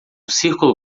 círculo